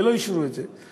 ולא אישרו את זה.